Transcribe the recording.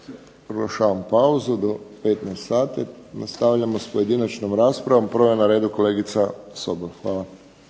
Proglašavam pauzu do 15 sati. Nastavljamo s pojedinačnom raspravom. Prva je na redu kolegica Sobol. Hvala.